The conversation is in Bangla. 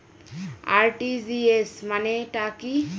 আর.টি.জি.এস মানে টা কি?